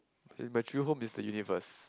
okay my true home is the universe